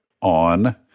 on –